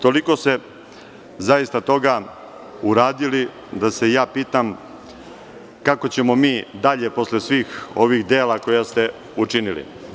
Toliko ste toga zaista uradili da se ja pitam kako ćemo mi dalje posle svih ovih dela koja ste učinili?